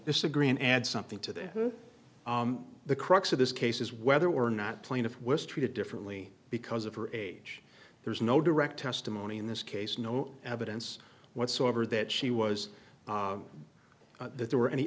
this agree and add something to that the crux of this case is whether or not plaintiff was treated differently because of her age there's no direct testimony in this case no evidence whatsoever that she was that there were any